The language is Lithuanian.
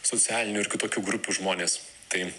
socialinių ir kitokių grupių žmonės tai